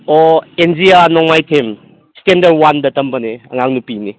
ꯑꯣ ꯑꯦꯟꯖꯤꯌꯥ ꯅꯣꯡꯃꯥꯏꯊꯦꯝ ꯏꯁꯇꯦꯟꯗꯔ ꯋꯥꯟꯗ ꯇꯝꯕꯅꯦ ꯑꯉꯥꯡ ꯅꯨꯄꯤꯅꯤ